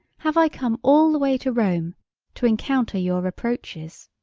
have i come all the way to rome to encounter your reproaches?